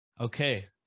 okay